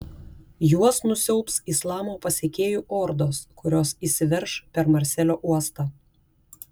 juos nusiaubs islamo pasekėjų ordos kurios įsiverš per marselio uostą